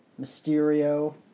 Mysterio